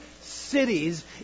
cities